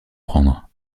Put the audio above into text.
prendre